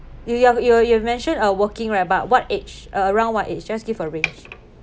you you have you you mentioned uh working right but what age a~ around what age just give a range